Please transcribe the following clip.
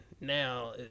now